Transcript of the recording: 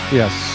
yes